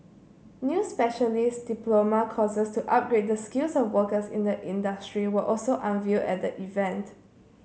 new specialist diploma courses to upgrade the skills of workers in the industry were also unveiled at the event